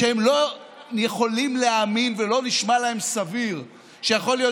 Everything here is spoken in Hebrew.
שהם לא יכולים להאמין ולא נשמע להם סביר שיכול להיות